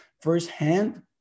firsthand